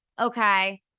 Okay